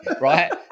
right